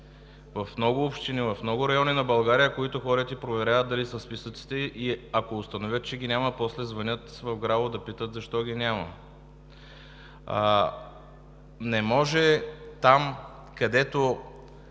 в много общини, в много райони на България, които ходят и проверяват дали са в списъците, а ако установят, че ги няма, после звънят в ГРАО да питат защо ги няма. Не може там, където